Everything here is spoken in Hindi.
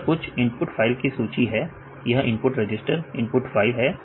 यह कुछ इनपुट फाइल की सूची है यह इनपुट रजिस्टर इनपुट फाइल है